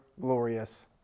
glorious